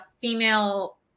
female